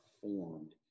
formed